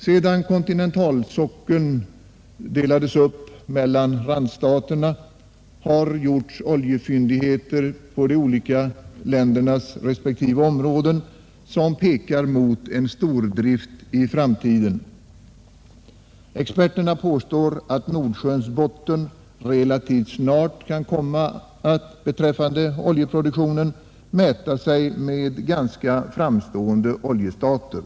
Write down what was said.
Sedan kontinentalsockeln uppdelades mellan randstaterna, har oljefyndigheter gjorts på de olika ländernas respektive områden som pekar mot en stordrift i framtiden. Experterna påstår att Nordsjöns botten relativt snart kan komma att beträffande oljeproduktion mäta sig med ganska framstående oljestater.